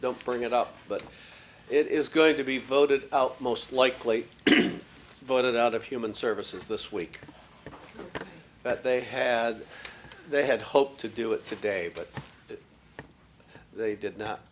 don't bring it up but it is going to be voted out most likely voted out of human services this week that they had they had hoped to do it today but they did not